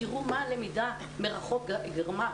תראו מה למידה מרחוק גרמה?